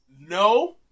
No